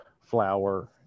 flour